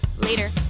Later